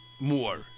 more